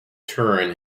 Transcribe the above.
turin